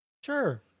Sure